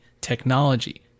technology